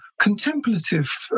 contemplative